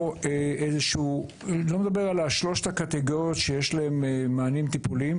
אני לא מדבר על שלושת הקטגוריות שיש להן מענים טיפוליים,